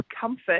comfort